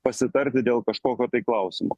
pasitarti dėl kažkokio tai klausimo